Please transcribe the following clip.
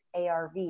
ARV